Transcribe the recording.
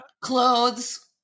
clothes